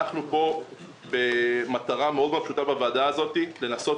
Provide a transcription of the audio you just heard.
אנחנו פה במטרה פשוטה מאוד בוועדה הזאת: לנסות